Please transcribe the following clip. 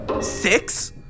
six